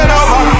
over